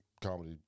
comedy